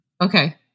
Okay